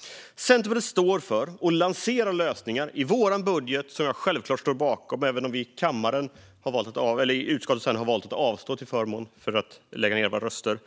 Vi i Centerpartiet står för och lanserar lösningar i vår budget, som jag självklart står bakom även om vi i utskottet valde att avstå till förmån för att lägga ned våra röster.